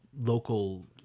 local